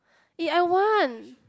eh I want